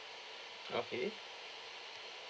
okay